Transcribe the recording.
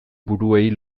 buruei